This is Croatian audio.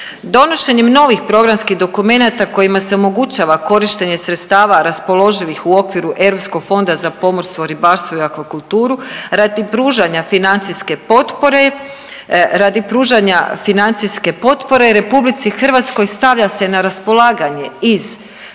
Donošenjem novih programskih dokumenata kojima se omogućava korištenje sredstava raspoloživih u okviru Europskog fonda za pomorstvo, ribarstvo i akvakulturu radi pružanja financijske potpore, radi pružanja financijske potpore RH stavlja se na raspolaganje iz